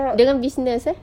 dengan business eh